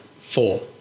Four